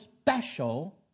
special